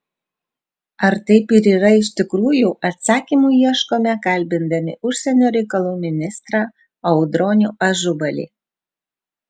ar taip ir yra iš tikrųjų atsakymų ieškome kalbindami užsienio reikalų ministrą audronių ažubalį